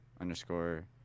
underscore